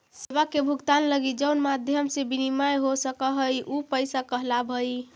सेवा के भुगतान लगी जउन माध्यम से विनिमय हो सकऽ हई उ पैसा कहलावऽ हई